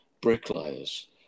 bricklayers